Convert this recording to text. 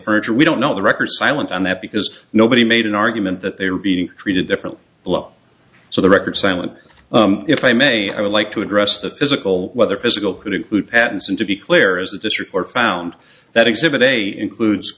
perjury we don't know the records are silent on that because nobody made an argument that they were being treated different block so the record silent if i may i would like to address the physical whether physical could include patents and to be clear is that this report found that exhibit a includes